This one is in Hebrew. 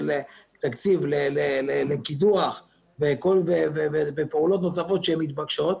תקציב לקידוח ופעולות נוספות שהן מתבקשות,